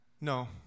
No